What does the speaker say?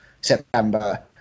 September